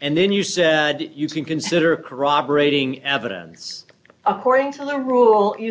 and then you say you can consider corroborating evidence according to the rule you